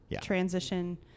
transition